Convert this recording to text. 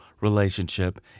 relationship